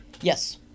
Yes